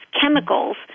chemicals